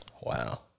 wow